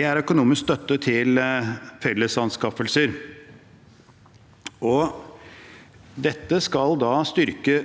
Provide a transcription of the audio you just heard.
er økonomisk støtte til felles anskaffelser. Dette skal styrke